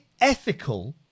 ethical